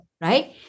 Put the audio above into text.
right